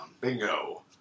Bingo